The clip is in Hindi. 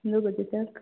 दो बजे तक